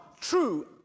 true